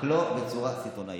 רק לא בצורה סיטונאית.